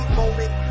moment